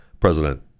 President